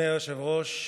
אדוני היושב-ראש,